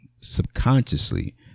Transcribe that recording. subconsciously